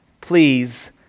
please